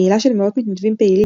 קהילה של מאות מתנדבים פעילים,